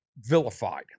vilified